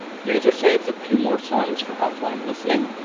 the user saves a few more songs for offline listening.